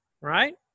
right